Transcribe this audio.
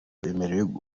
bemerewe